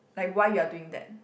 like why you are doing that